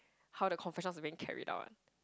how the confession was being carried out